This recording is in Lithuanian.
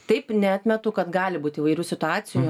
taip neatmetu kad gali būt įvairių situacijų